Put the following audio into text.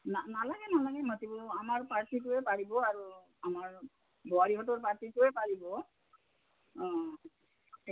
নালাগে নালাগে মাতিব আমাৰ পাৰ্টীটোৱে পাৰিব আৰু আমাৰ বোৱাৰীহঁতৰ পাৰ্টীটোৱে পাৰিব অঁ